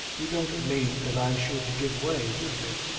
you don't mean that i should give way do you?